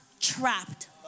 trapped